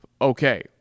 Okay